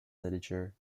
literature